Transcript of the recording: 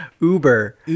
Uber